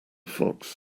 fox